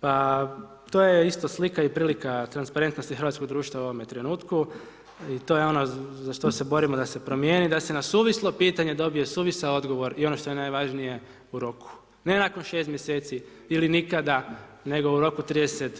Pa to je isto slika i prilika transparentnosti hrvatskog društva u ovom trenutku i to je ono za što se borimo da se promijeni da se na suvislo pitanje dobije suvisao odgovor i ono što je najvažnije u roku, ne nakon 6 mjeseci ili nikada, nego u roku 30